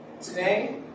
Today